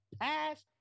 pass